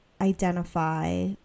identify